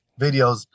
videos